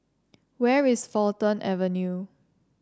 where is Fulton Avenue